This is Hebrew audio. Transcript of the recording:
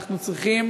אנחנו צריכים